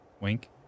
Wink